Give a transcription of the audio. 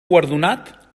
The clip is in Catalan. guardonat